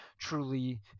truly